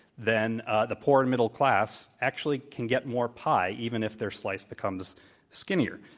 then the poor and middle class actually can get more pie even if their slice becomes skinnier.